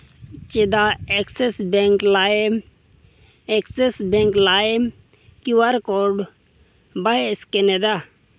ᱪᱮᱫᱟᱜ ᱮᱠᱥᱮᱥ ᱵᱮᱝᱠ ᱞᱟᱭᱤᱢ ᱮᱠᱥᱮᱥ ᱵᱮᱝᱠ ᱞᱟᱭᱤᱢ ᱠᱤᱭᱩ ᱟᱨ ᱠᱳᱰ ᱵᱟᱭ ᱥᱠᱮᱱ ᱮᱫᱟ